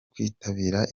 kwitabira